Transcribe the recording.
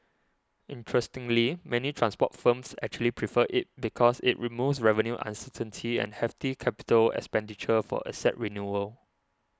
interestingly many transport firms actually prefer it because it removes revenue uncertainty and hefty capital expenditure for asset renewal